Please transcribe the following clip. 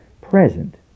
present